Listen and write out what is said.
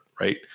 Right